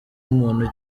muntu